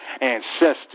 ancestors